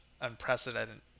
unprecedented